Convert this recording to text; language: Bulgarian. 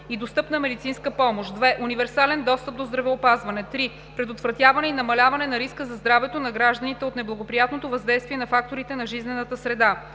и достъпна медицинска помощ; 2. универсален достъп до здравеопазване; 3. предотвратяване и намаляване на риска за здравето на гражданите от неблагоприятното въздействие на факторите на жизнената среда;